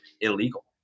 illegal